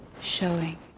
showing